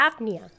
apnea